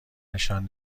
نشان